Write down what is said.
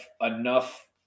enough